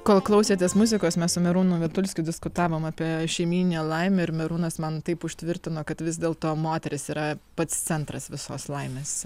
kol klausėtės muzikos mes su merūnu vitulskiu diskutavom apie šeimyninę laimę ir merūnas man taip užtvirtino kad vis dėl to moteris yra pats centras visos laimės